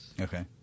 okay